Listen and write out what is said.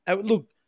Look